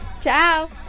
Ciao